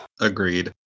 agreed